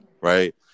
right